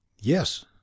Yes